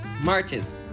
marches